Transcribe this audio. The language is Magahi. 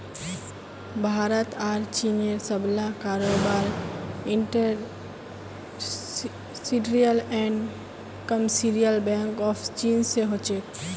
भारत आर चीनेर सबला कारोबार industrial and commercial bank of China स हो छेक